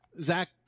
Zach